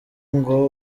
ngo